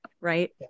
right